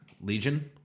Legion